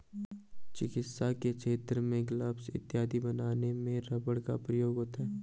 चिकित्सा के क्षेत्र में ग्लब्स इत्यादि बनाने में रबर का प्रयोग होता है